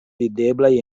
videblaj